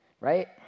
right